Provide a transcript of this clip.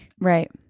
Right